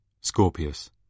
Scorpius